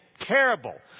terrible